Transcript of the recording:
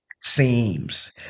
seems